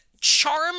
charm